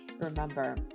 Remember